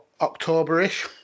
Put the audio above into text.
October-ish